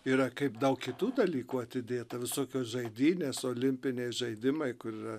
yra kaip daug kitų dalykų atidėta visokios žaidynės olimpiniai žaidimai kur yra